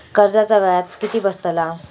कर्जाचा व्याज किती बसतला?